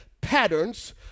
Patterns